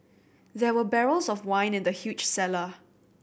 there were barrels of wine in the huge cellar